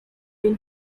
been